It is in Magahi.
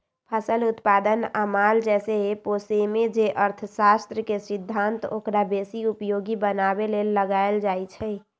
फसल उत्पादन आ माल जाल पोशेमे जे अर्थशास्त्र के सिद्धांत ओकरा बेशी उपयोगी बनाबे लेल लगाएल जाइ छइ